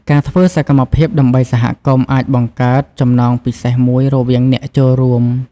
ការធ្វើសកម្មភាពដើម្បីសហគមន៍អាចបង្កើតចំណងពិសេសមួយរវាងអ្នកចូលរួម។